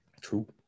True